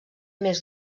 més